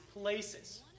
places